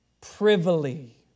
privily